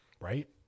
right